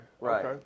Right